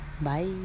Bye